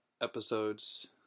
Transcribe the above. episodes